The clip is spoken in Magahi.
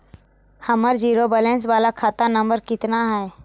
हमर जिरो वैलेनश बाला खाता नम्बर कितना है?